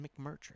McMurtry